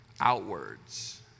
outwards